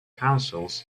councils